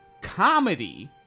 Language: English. comedy